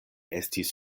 estis